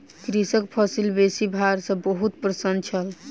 कृषक फसिल बेसी भार सॅ बहुत प्रसन्न छल